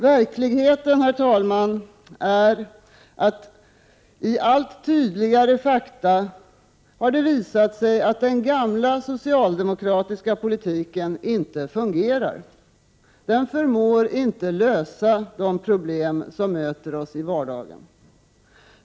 Verkligheten, herr talman, har i allt tydligare fakta visat att den gamla socialdemokratiska politiken inte fungerar. Den förmår inte lösa de problem som möter oss i vardagen.